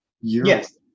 yes